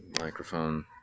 microphone